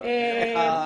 תהליך ההסתייגויות.